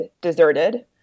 deserted